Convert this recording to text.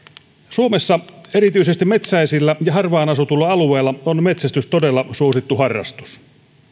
suomessa erityisesti metsäisillä ja harvaan asutuilla alueilla on metsästys todella suosittu harrastus